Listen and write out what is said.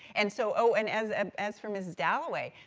and so, oh, and as as for mrs. dalloway,